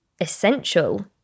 essential